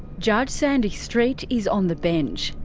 judge sandy street is on the bench.